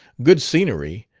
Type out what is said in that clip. good scenery,